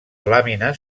làmines